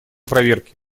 проверки